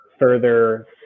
further